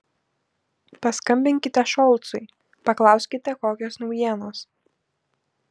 paskambinkite šolcui paklauskite kokios naujienos